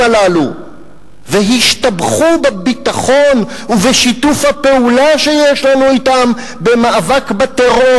הללו והשתבחו בביטחון בשיתוף הפעולה שיש לנו אתם במאבק בטרור.